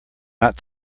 not